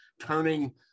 turning